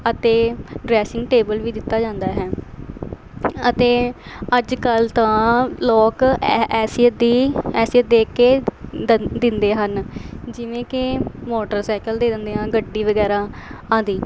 ਅਤੇ dressing table ਵੀ ਦਿੱਤਾ ਜਾਂਦਾ ਹੈ ਅਤੇ ਅੱਜ ਕੱਲ੍ਹ ਤਾਂ ਲੋਕ ਐ ਹੈਸੀਅਤ ਦੀ ਹੈਸੀਅਤ ਦੇਖ ਕੇ ਦਿੰਦੇ ਹਨ ਜਿਵੇਂ ਕਿ ਮੋਟਰਸਾਈਕਲ ਦੇ ਦਿੰਦੇ ਆ ਗੱਡੀ ਵਗੈਰਾ ਆਦਿ